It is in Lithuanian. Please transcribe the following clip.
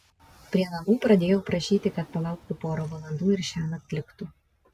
prie namų pradėjau prašyti kad palauktų porą valandų ir šiąnakt liktų